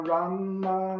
Rama